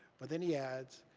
but then he adds,